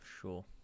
sure